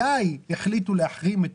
מתי החליטו להחרים?